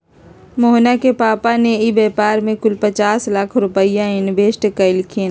मोहना के पापा ने ई व्यापार में कुल पचास लाख रुपईया इन्वेस्ट कइल खिन